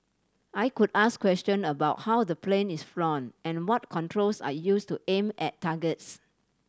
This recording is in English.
I could ask question about how the plane is flown and what controls are used to aim at targets